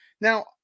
Now